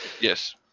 Yes